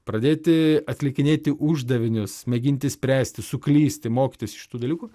pradėti atlikinėti uždavinius mėginti spręsti suklysti mokytis šitų dalykų